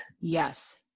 Yes